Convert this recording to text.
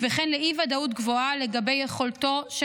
וכן לאי-ודאות גבוהה לגבי יכולתו של